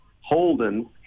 Holden